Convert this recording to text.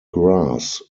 grass